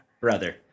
Brother